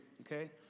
okay